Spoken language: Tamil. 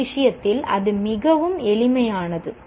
அந்த விஷயத்தில் அது மிகவும் எளிமையானது